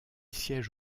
siège